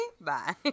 Bye